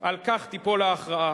על כך תיפול ההכרעה,